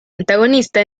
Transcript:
antagonista